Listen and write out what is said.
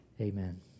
Amen